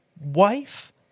wife